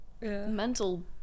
mental